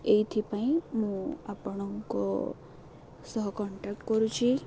ଏଇଥିପାଇଁ ମୁଁ ଆପଣଙ୍କ ସହ କଣ୍ଟାକ୍ଟ କରୁଛିି